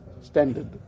standard